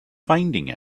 finding